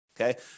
Okay